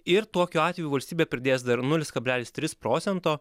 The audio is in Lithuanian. ir tokiu atveju valstybė pridės dar nulis kablelis tris procento